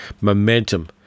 momentum